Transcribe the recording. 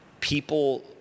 people